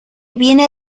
viene